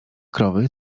krowy